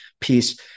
piece